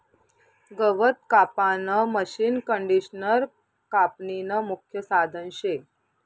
गवत कापानं मशीनकंडिशनर कापनीनं मुख्य साधन शे